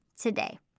today